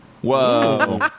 Whoa